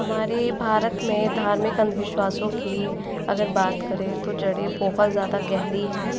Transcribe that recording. हमारे भारत में धार्मिक अंधविश्वासों की अगर बात करें तो जड़ें बहुत ज़्यादा गहरी हैं